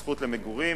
הזכות למגורים,